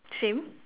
same